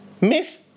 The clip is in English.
Miss